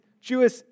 Jewish